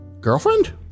girlfriend